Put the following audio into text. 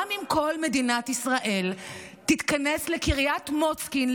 גם אם כל מדינת ישראל תתכנס לקריית מוצקין,